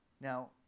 Now